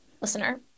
listener